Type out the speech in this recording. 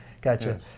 Gotcha